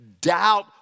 doubt